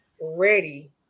ready